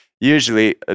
usually